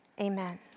amen